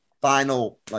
final